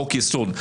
חוק יסוד.